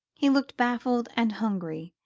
he looked baffled and hungry,